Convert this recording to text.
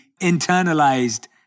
internalized